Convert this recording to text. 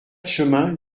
chemin